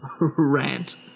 rant